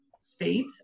state